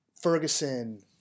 Ferguson